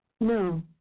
No